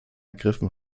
ergriffen